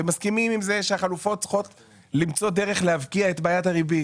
ומסכימים עם זה שהחלופות צריכות למצוא דרך להבקיע את בעיית הריבית.